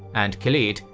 and khalid,